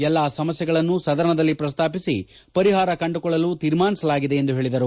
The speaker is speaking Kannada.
ಎಲ್ಲ ಸಮಸ್ಕೆಗಳನ್ನು ಸದನದಲ್ಲಿ ಪ್ರಸ್ತಾಪಿಸಿ ಪರಿಹಾರ ಕಂಡುಕೊಳ್ಳಲು ತೀರ್ಮಾನಿಸಲಾಗಿದೆ ಎಂದು ಹೇಳಿದರು